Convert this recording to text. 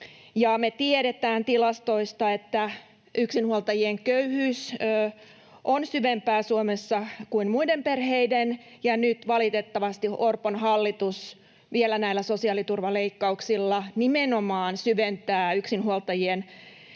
Me tiedetään tilastoista, että Suomessa yksinhuoltajien köyhyys on syvempää kuin muiden perheiden, ja nyt valitettavasti Orpon hallitus vielä näillä sosiaaliturvaleikkauksilla nimenomaan syventää yksinhuoltajien köyhyyttä